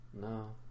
No